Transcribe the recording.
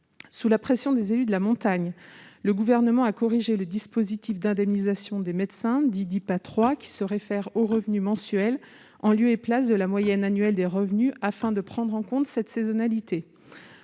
Sous la pression des élus de la montagne, le Gouvernement a corrigé le dispositif d'indemnisation des médecins « DIPA 3 », qui se réfère aux revenus mensuels, en lieu et place de la moyenne annuelle des revenus, afin de prendre en compte cette saisonnalité.